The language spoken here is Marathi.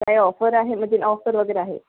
काय ऑफर आहे मजेन् ऑफर वगैरे आहे